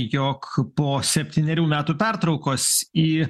jog po septynerių metų pertraukos į